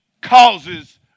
causes